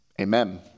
Amen